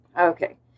Okay